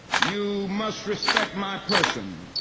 you must respect my person.